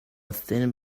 thin